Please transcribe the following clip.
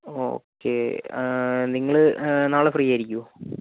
okay നിങ്ങൾ നാളെ free ആയിരിക്കുമോ